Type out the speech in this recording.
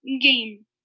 game